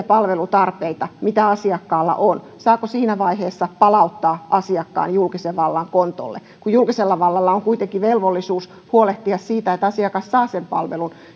palvelutarpeita mitä asiakkaalla on saako siinä vaiheessa palauttaa asiakkaan julkisen vallan kontolle kun julkisella vallalla on kuitenkin velvollisuus huolehtia siitä että asiakas saa sen palvelun